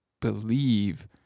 believe